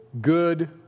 good